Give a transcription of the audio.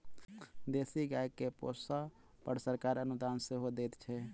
देशी गाय के पोसअ पर सरकार अनुदान सेहो दैत छै